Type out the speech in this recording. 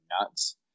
nuts